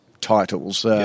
titles